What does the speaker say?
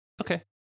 okay